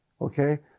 Okay